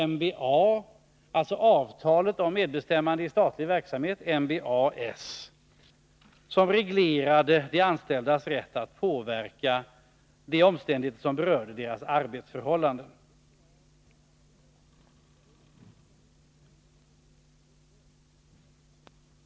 MBA, alltså avtalet om medbestämmande i statlig verksamhet, MBA-S, som reglerade de anställdas rätt att påverka de omständigheter som berörde deras arbetsförhållanden.